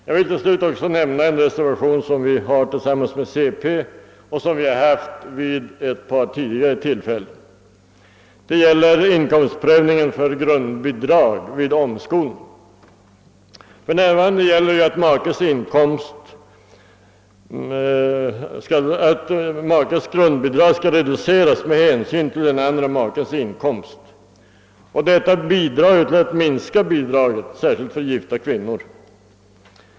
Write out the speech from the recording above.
Jag vill även omnämna en reservation som folkpartiet har avgett tillsammans med centerpartiet och som avser en punkt där vi reserverat oss vid ett par tidigare tillfällen, nämligen inkomstprövningen för grundbidrag vid omskolning. För närvarande gäller att den ena makens grundbidrag skall reduceras med hänsyn till den andra makens inkomst. Denna bestämmelse bidrar till att minska ersättningen, särskilt till gifta kvinnor.